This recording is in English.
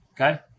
okay